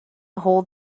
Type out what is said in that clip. hold